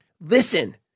Listen